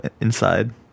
inside